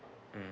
mm